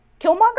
Killmonger